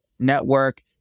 network